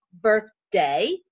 birthday